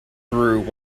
through